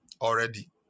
already